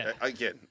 Again